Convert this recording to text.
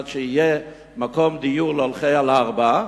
על מנת שיהיה מקום דיור להולכי על ארבע,